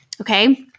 okay